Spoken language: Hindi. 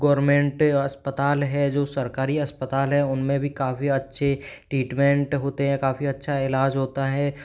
गवर्नमेंट अस्पताल है जो सरकारी अस्पताल है उनमें भी काफ़ी अच्छे ट्रीटमेंट होते है काफ़ी अच्छा इलाज होता है